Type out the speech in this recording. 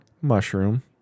mushroom